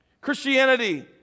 Christianity